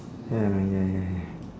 ya man ya ya ya